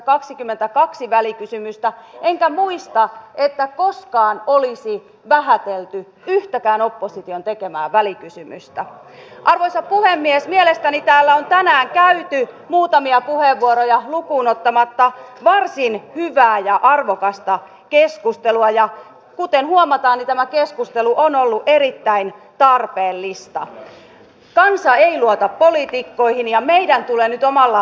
mutta siltä osin totean että se on hyvä huoli ja hyviä kotouttamistarinoita on löytynyt maatiloilta koska tosiasia on se että monissa töissä on koettu onnistumisen riemua ja kuten huomataan tämä keskustelu on monet kylät ovat saaneet uusia asukkaita juuri sillä että on tullut työvoimaa